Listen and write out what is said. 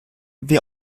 wie